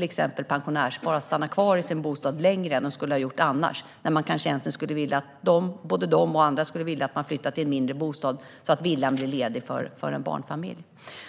risken för att pensionärspar stannar kvar i sina bostäder längre än de annars skulle ha gjort. Både de själva och andra kanske skulle vilja att de flyttade till en mindre bostad så att villan blir ledig för en barnfamilj.